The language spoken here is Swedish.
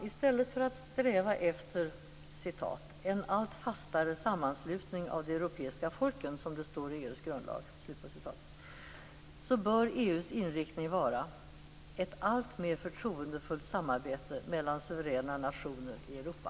I stället för att sträva efter "en allt fastare sammanslutning av de europeiska folken", som det står i EU:s grundlag, bör EU:s inriktning vara: ett alltmer förtroendefullt samarbete mellan suveräna nationer i Europa.